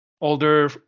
older